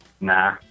Nah